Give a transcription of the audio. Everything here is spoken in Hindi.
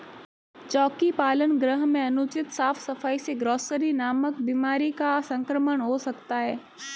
चोकी पालन गृह में अनुचित साफ सफाई से ग्रॉसरी नामक बीमारी का संक्रमण हो सकता है